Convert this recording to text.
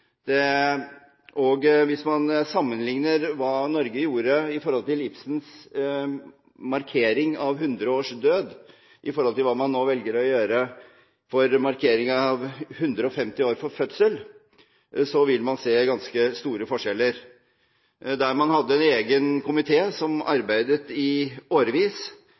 Henrik Ibsen. Hvis man sammenligner hva Norge gjorde i forbindelse med markeringen av at det var 100 år siden Ibsens død, med det man nå velger å gjøre for å markere at det er 150 år siden Munchs fødsel, vil man se ganske store forskjeller. Når det gjelder Ibsen, hadde man en egen komité som arbeidet i årevis,